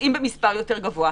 יוצאים במספר יותר גבוה,